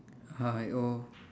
ha~ oh